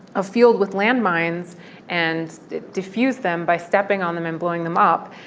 a field with landmines and diffuse them by stepping on them and blowing them up.